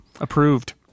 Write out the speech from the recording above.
Approved